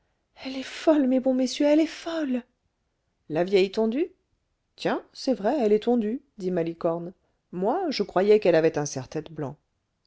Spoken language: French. elle est folle mes bons messieurs elle est folle la vieille tondue tiens c'est vrai elle est tondue dit malicorne moi je croyais qu'elle avait un serre-tête blanc